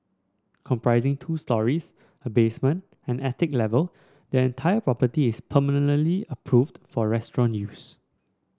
comprising two storeys a basement and an attic level the entire property is permanently approved for restaurant use